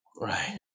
Right